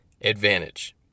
advantage